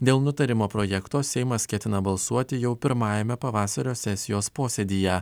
dėl nutarimo projekto seimas ketina balsuoti jau pirmajame pavasario sesijos posėdyje